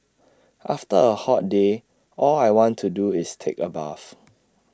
after A hot day all I want to do is take A bath